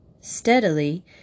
Steadily